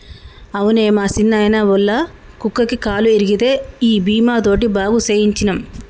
అవునే మా సిన్నాయిన, ఒళ్ళ కుక్కకి కాలు ఇరిగితే ఈ బీమా తోటి బాగు సేయించ్చినం